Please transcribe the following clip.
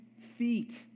feet